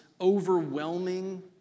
overwhelming